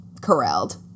corralled